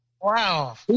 Wow